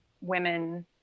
women